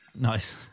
nice